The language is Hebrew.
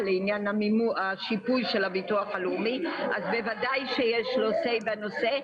לעניין השיפוי של הביטוח הלאומי אז בוודאי שיש לו מה לומר בנושא.